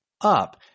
up